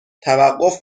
توقف